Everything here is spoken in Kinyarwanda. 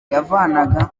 yavanaga